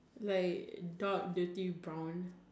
like dark dirty brown